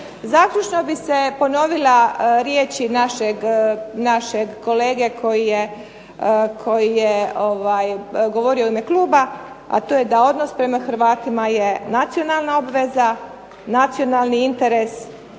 Zaključno bih se ponovila riječi našeg kolege koji je govorio u ime kluba, a to je da odnos prema Hrvatima je nacionalna obveza, nacionalni interes